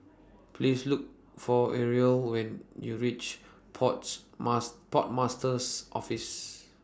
Please Look For Areli when YOU REACH ports Port Master's Office